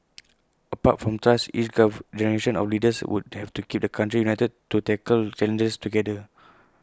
apart from trust each Carve generation of leaders would have to keep the country united to tackle challenges together